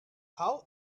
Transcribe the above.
how